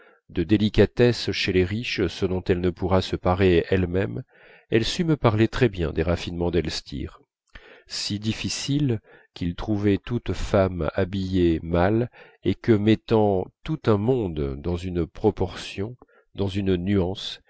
de délicatesse chez les riches ce dont elle ne pourra se parer elle-même elle sut me parler très bien des raffinements d'elstir si difficile qu'il trouvait toute femme mal habillée et que mettant tout un monde dans une proportion dans une nuance